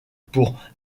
pour